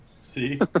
see